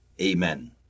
Amen